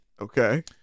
Okay